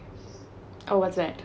oh what's that